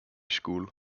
school